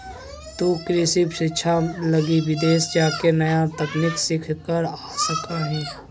तु कृषि शिक्षा लगी विदेश जाके नया तकनीक सीख कर आ सका हीं